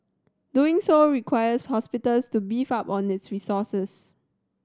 doing so requires hospitals to beef up on its resources